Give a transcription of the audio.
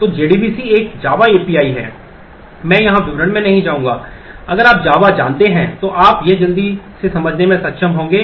तो JDBC एक Java API है मैं यहाँ विवरण में नहीं जाऊँगा अगर आप जावा जानते है थो आप यह जल्दी से समझने में सक्षम होंगे